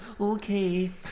okay